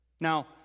Now